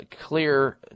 clear